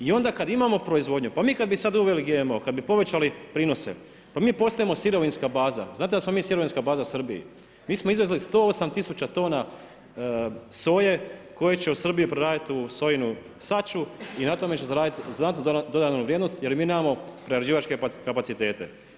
I onda kad imamo proizvodnju, pa mi kad bi sad uveli GMO, kad bi povećali prinose, pa mi postajemo sirovinska baza, znate da smo mi sirovinska baza Srbiji, mi smo izvezli 108 000 tona soje koje će u Srbiji prodavati u sojinu sačmu i na tome će zaraditi znatnu dodanu vrijednost jer mi nemamo prerađivačke kapacitete.